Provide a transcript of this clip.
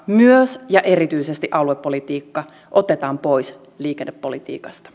myös ja erityisesti aluepolitiikka otetaan pois liikennepolitiikasta